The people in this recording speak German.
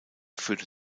führte